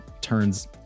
turns